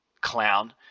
clown